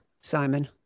Simon